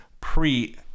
pre